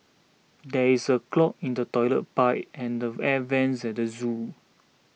there is a clog in the Toilet Pipe and the Air Vents at the zoo